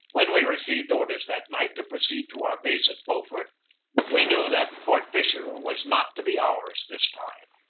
when we received orders that night to proceed to our base at beaufort we knew that fort fisher was not to be ours this time.